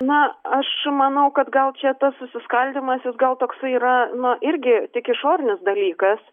na aš manau kad gal čia tas susiskaldymas jis gal toksai yra na irgi tik išorinis dalykas